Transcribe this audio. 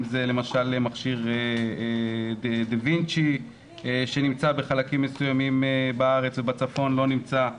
אם זה למשל מכשיר דה וינצ'י שנמצא בחלקים מסוימים בארץ ובצפון לא נמצא,